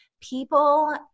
people